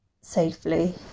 safely